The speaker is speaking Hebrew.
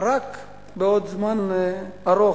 רק בעוד זמן ארוך.